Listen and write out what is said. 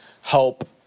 help